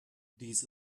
dies